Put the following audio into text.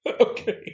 Okay